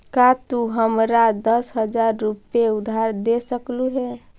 का तू हमारा दस हज़ार रूपए उधार दे सकलू हे?